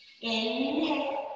Inhale